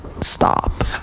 stop